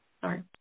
Sorry